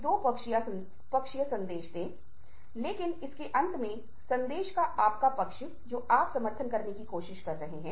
connect करने के लिए सुनो क्योंकि सुन्ना चीजों की समझ बना सकता है तो आप अपने विचारों को दूसरे व्यक्ति के विचारों केसाथ जोड़ सकते हैं